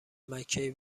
مککی